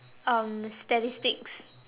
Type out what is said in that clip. um statistics